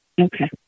Okay